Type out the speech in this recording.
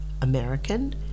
American